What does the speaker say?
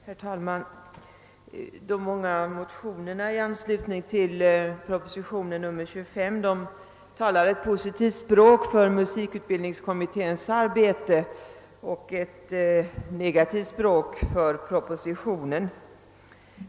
Herr talman! De många motionerna i anslutning till propositionen nr 25 talar ett positivt språk för musikutbildningskommitténs arbete och ett negativt språk för propositionen.